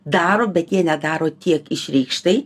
daro bet jie nedaro tiek išreikštai